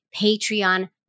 Patreon